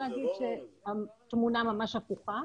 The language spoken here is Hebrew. אז אני יכולה להגיד שהתמונה ממש הפוכה.